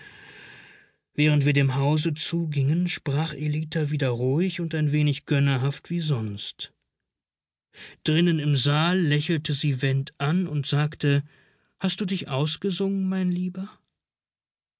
während wir dem hause zugingen sprach ellita wieder ruhig und ein wenig gönnerhaft wie sonst drinnen im saal lächelte sie went an und sagte hast du dich ausgesungen mein lieber